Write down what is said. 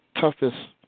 toughest